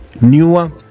newer